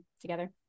together